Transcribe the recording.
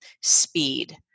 speed